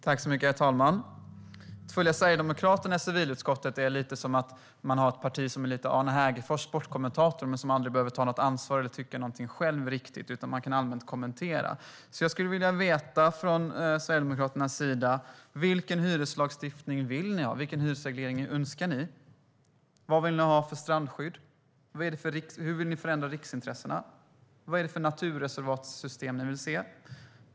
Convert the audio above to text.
Herr talman! Att följa Sverigedemokraterna i civilutskottet kan liknas vid att ha ett parti som är lite grann som Arne Hegerfors som sportkommentator och som aldrig behöver ta något ansvar eller tycka någonting själv på riktigt. De kan bara kommentera allmänt. Jag skulle vilja veta vilken hyreslagstiftning som Sverigedemokraterna vill ha. Vilket strandskydd vill ni ha? Hur vill ni förändra riksintressena? Vilket naturreservatssystem vill ni se?